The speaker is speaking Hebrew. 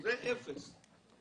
אפס.